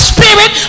Spirit